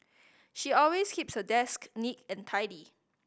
she always keeps her desk neat and tidy